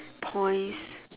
points